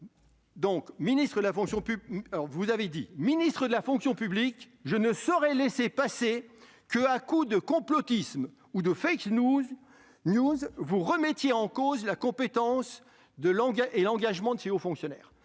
:« Ministre de la fonction publique, je ne saurais laisser passer qu'à coups de complotisme ou de vous remettiez en cause la compétence et l'engagement de ses hauts fonctionnaires.